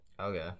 okay